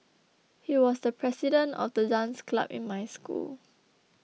he was the president of the dance club in my school